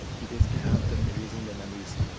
you basically have them erasing their memories,